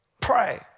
pray